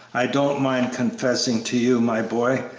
i don't mind confessing to you, my boy,